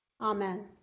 Amen